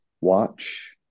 watch